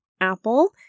Apple